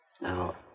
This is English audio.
Now